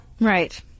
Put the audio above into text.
Right